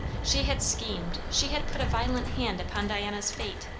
she had schemed, she had put a violent hand upon diana's fate,